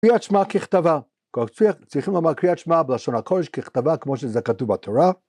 קריאת שמע ככתבה צריכים לומר קריאת שמה בלשון הקודש ככתבה כמו שזה כתוב בתורה